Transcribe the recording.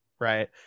Right